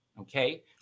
Okay